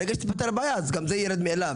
ברגע שתיפטר הבעיה, גם זה ירד מאליו.